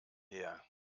her